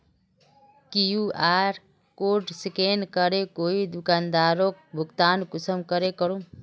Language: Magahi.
कियु.आर कोड स्कैन करे कोई दुकानदारोक भुगतान कुंसम करे करूम?